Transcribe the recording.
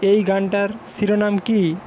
এই গানটার শিরোনাম কী